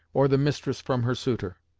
or the mistress from her suitor.